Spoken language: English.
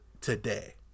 today